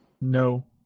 No